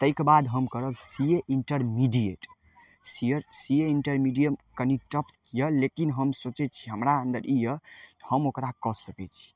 तैके बाद हम करब C A intermediate C A intermediate कनी टफ यऽ लेकिन हम सोचय छी हमरा अन्दर ई यऽ हम ओकरा कऽ सकय छी